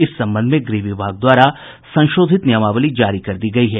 इस संबंध में गृह विभाग द्वारा संशोधित नियमावली जारी कर दी गयी है